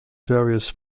various